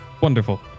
Wonderful